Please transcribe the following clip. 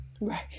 Right